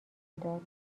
داد